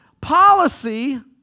policy